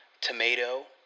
tomato